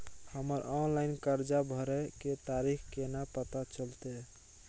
हमर ऑनलाइन कर्जा भरै के तारीख केना पता चलते?